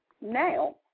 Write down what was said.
Now